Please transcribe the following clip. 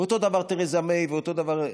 ואותו דבר תרזה מיי, ואותו דבר,